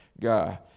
guy